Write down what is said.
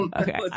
Okay